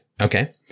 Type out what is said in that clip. Okay